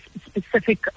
specific